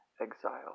exile